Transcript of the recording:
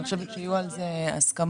אני חושבת שיהיו על זה הסכמות.